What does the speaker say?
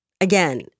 again